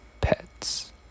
pets